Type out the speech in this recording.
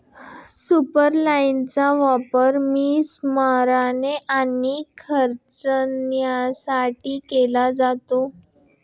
सुपरलाइनचा वापर मासेमारी आणि खेचण्यासाठी केला जातो